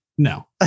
No